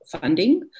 funding